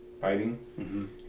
fighting